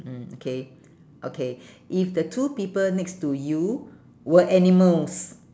mm okay okay if the two people next to you were animals